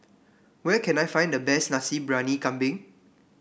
where can I find the best Nasi Briyani Kambing